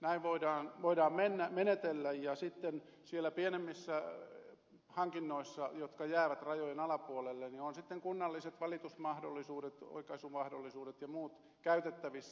näin voidaan menetellä ja pienemmissä hankinnoissa jotka jäävät rajojen alapuolelle on sitten kunnalliset valitusmahdollisuudet oikaisumahdollisuudet ja muut käytettävissä